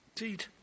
Indeed